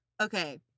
Okay